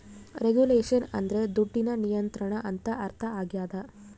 regulation ಅಂದ್ರೆ ದುಡ್ಡಿನ ನಿಯಂತ್ರಣ ಅಂತ ಅರ್ಥ ಆಗ್ಯದ